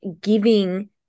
giving